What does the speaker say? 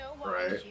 Right